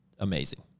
Amazing